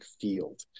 field